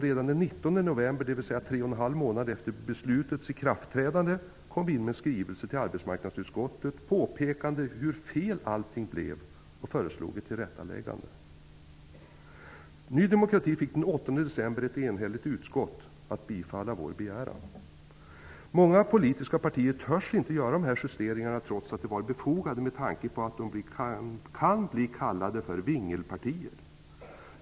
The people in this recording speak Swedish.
Redan den 19 november, dvs. tre och ett halv månad efter beslutets ikraftträdande, kom vi in med en skrivelse till arbetsmarknadsutskottet påpekande hur fel allting blev och föreslog ett tillrättaläggande. Ny demokrati fick den 8 december ett enhällig utskott att tillstyrka vår begäran. Många politiska partier törs inte göra de här justeringarna, trots att de är befogade, med tanke på att de kan bli kallade för ''vingelpartier''.